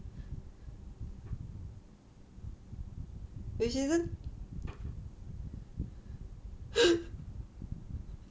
which isn't